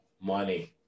money